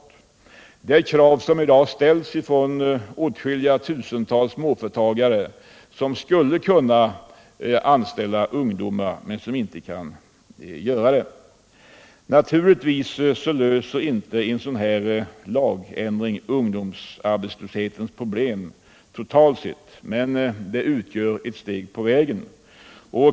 Det är ett krav som i dag ställs av åtskilliga tusental småföretagare som skulle kunna anställa ungdomar men som nu inte vill göra det. Naturligtvis löser inte en sådan här lagändring alla ungdomsarbetslöshetens problem, men det är ett steg på vägen.